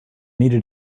needed